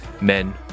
men